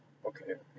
okay